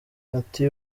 ati